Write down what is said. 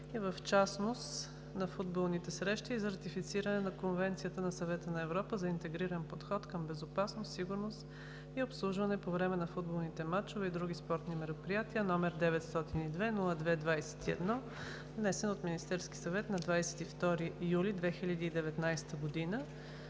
в частност на футболни срещи и за ратифициране на Конвенцията на Съвета на Европа за интегриран подход към безопасност, сигурност и обслужване по време на футболни мачове и други спортни мероприятия, № 902-02-21, внесен от Министерския съвет на 22 юли 2019 г.